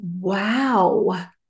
wow